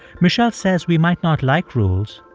michele says we might not like rules,